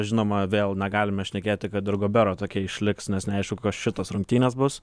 žinoma vėl na galime šnekėti kad ir gobero tokia išliks nes neaišku kokios šitos rungtynės bus